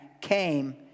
came